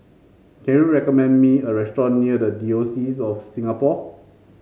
can you recommend me a restaurant near the Diocese of Singapore